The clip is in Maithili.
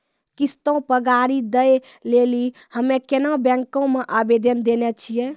किश्तो पे गाड़ी दै लेली हम्मे केनरा बैंको मे आवेदन देने छिये